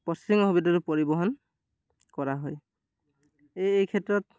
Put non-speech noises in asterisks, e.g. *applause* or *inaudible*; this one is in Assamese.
*unintelligible* পৰিবহণ কৰা হয় এই এই ক্ষেত্ৰত